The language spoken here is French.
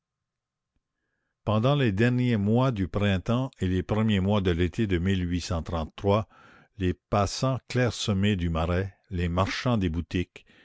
pendant les derniers mois du printemps et les premiers mois de l'été de les passants clairsemés du marais les marchands des boutiques